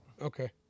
okay